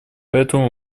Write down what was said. поэтому